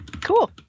Cool